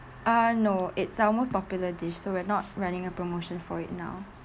ah no it's our most popular dish so we're not running a promotion for it now